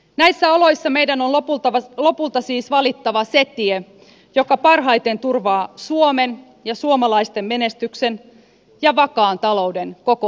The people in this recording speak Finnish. näissä oloissa meidän on lopulta siis valittava se tie joka parhaiten turvaa suomen ja suomalaisten menestyksen ja vakaan talouden koko euroopassa